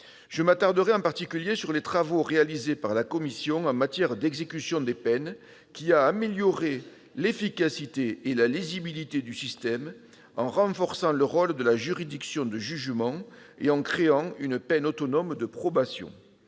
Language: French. Je m'attarderai en particulier sur les travaux réalisés par la commission en matière d'exécution des peines, qui ont amélioré l'efficacité et la lisibilité du système, en renforçant le rôle de la juridiction de jugement et en créant une peine autonome de probation.